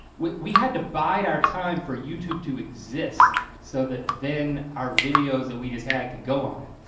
we we had to bide our time for youtube to exist so that then our videos that we just had to go on it.